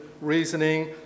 reasoning